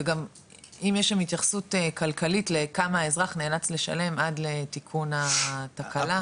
וגם אם יש שם התייחסות כלכלית לכמה האזרח נאלץ לשלם עד לתיקון התקלה,